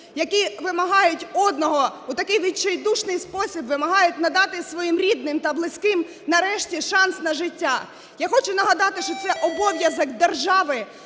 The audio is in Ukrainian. які вимагають одного – у такий відчайдушний спосіб вимагають надати своїм рідним та близьким, нарешті, шанс на життя. Я хочу нагадати, що це обов'язок держави